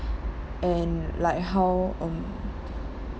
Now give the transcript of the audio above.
and like how um